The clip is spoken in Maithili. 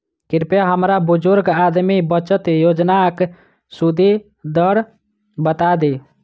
कृपया हमरा बुजुर्ग आदमी बचत योजनाक सुदि दर बता दियऽ